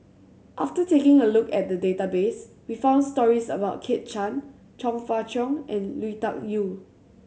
after taking a look at the database we found stories about Kit Chan Chong Fah Cheong and Lui Tuck Yew